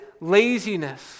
laziness